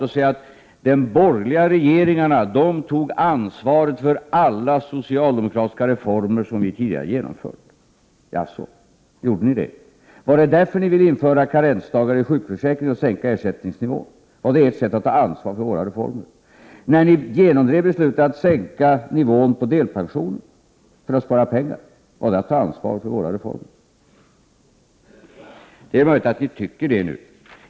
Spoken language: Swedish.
Hon säger att de borgerliga regeringarna tog ansvar för alla reformer som socialdemokratin tidigare genomfört. Jaså! Gjorde ni verkligen det? Var det därför ni ville införa karensdagar i sjukförsäkringen och sänka ersättningsnivån — var det ert sätt att ta ansvar för våra reformer? När ni genomdrev beslutet att sänka nivån på delpensionen för att spara pengar, var det att ta ansvar för våra reformer? Det är möjligt att ni tycker det nu.